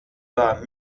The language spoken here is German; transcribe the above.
war